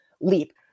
leap